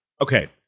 Okay